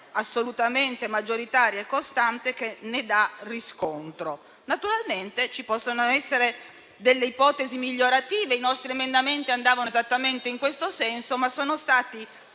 assolutamente maggioritaria e costante che ne dà riscontro. Naturalmente, ci possono essere ipotesi migliorative. I nostri emendamenti andavano esattamente in questo senso, ma sono stati